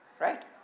Right